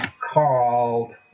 called